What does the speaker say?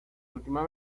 última